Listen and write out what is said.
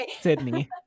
Sydney